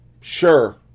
Sure